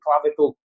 clavicle